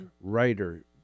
writer